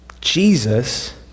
Jesus